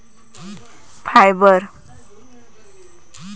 fibre